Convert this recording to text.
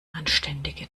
anständige